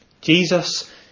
jesus